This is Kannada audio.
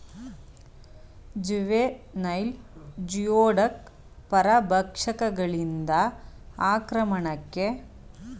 ಜುವೆನೈಲ್ ಜಿಯೋಡಕ್ ಪರಭಕ್ಷಕಗಳಿಂದ ಆಕ್ರಮಣಕ್ಕೆ ಒಳಗಾಗುತ್ತವೆ ಅವುಗಳು ತಲಾಧಾರದೊಳಗೆ ಆಳವಾಗಿ ಬಿಲವನ್ನು ಮಾಡಿಲ್ಲ